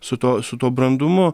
su tuo su tuo brandumu